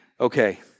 okay